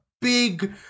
big